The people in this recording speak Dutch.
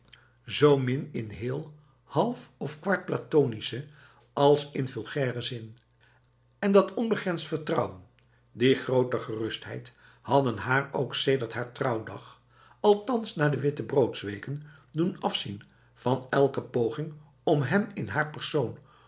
zo min in heel half of kwart platonische als in vulgaire zin en dat onbegrensd vertrouwen die grote gerustheid hadden haar ook sedert haar trouwdag althans na de wittebroodsweken doen afzien van elke poging om hem in haar persoon